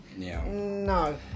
No